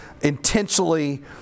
intentionally